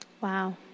Wow